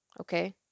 Okay